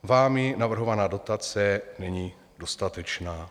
Vámi navrhovaná dotace není dostatečná.